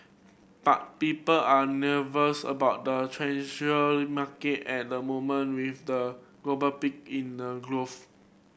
but people are nervous about the in market at the moment with a global pick in the growth